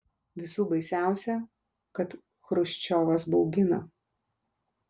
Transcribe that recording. visų baisiausia kad chruščiovas baugina